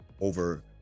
over